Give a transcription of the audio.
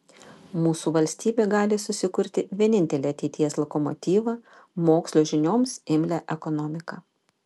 mūsų valstybė gali susikurti vienintelį ateities lokomotyvą mokslo žinioms imlią ekonomiką